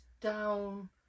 down